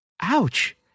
Ouch